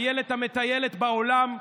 אילת מטיילת בעולם,